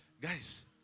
guys